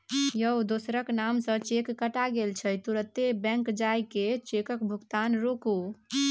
यौ दोसरक नाम सँ चेक कटा गेल छै तुरते बैंक जाए कय चेकक भोगतान रोकु